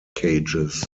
cages